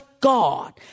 God